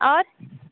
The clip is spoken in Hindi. और